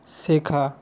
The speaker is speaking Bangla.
শেখা